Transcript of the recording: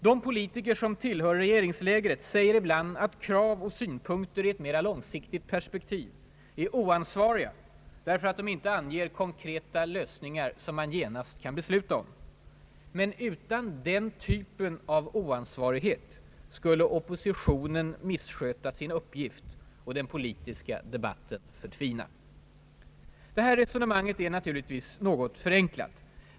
De politiker som tillhör regeringslägret säger ibland att krav och synpunkter i ett mera långsiktigt perspektiv är »oansvariga» därför att de inte anger konkreta lösningar som man genast kan besluta om. Men utan den typen av »oansvarighet» skulle oppositionen missköta sin uppgift och den politiska debatten förtvina. Det här resonemanget är naturligtvis något förenklat.